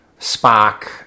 Spock